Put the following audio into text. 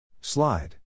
Slide